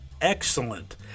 excellent